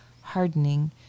hardening